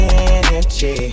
energy